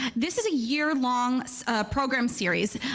this is a year-long program series,